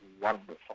wonderful